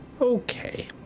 Okay